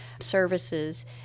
services